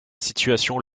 situation